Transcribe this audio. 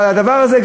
אבל הדבר הזה,